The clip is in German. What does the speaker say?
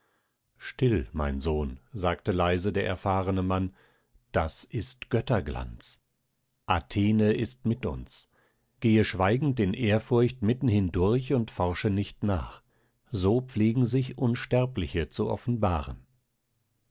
still mein sohn sagte leise der erfahrene mann das ist götterglanz athene ist mit uns gehe schweigend in ehrfurcht mitten hindurch und forsche nicht nach so pflegen sich unsterbliche zu offenbaren